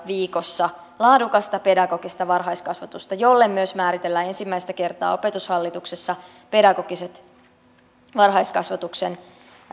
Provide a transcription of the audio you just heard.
viikossa laadukasta pedagogista varhaiskasvatusta jolle myös määritellään ensimmäistä kertaa opetushallituksessa pedagogiset varhaiskasvatuksen